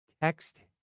text